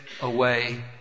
away